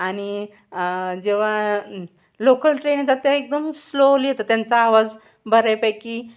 आणि जेव्हा local train येतात ते एकदम स्लोली येतात त्यांचा आवाज बऱ्यापैकी